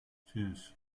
fünf